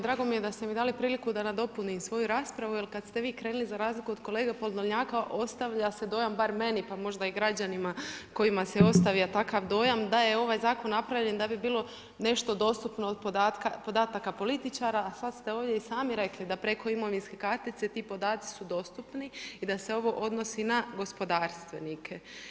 Drago mi je da ste mi priliku da nadopunim svoju raspravu jer kad ste vi krenuli, za razliku od kolege Podolnjaka, ostavlja se dojam, bar meni, pa možda i građanima kojim se ostavlja takav dojam da je ovaj Zakon napravljen da bi bilo nešto dostupno od podataka političara, a sad ste ovdje i sami rekli da preko imovinske kartice ti podaci su dostupni i da se ovo odnosi na gospodarstvenike.